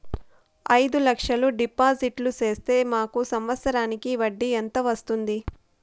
అయిదు లక్షలు డిపాజిట్లు సేస్తే మాకు సంవత్సరానికి వడ్డీ ఎంత వస్తుంది?